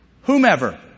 Whomever